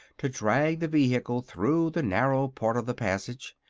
to drag the vehicle through the narrow part of the passage.